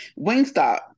Wingstop